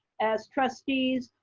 as trustees,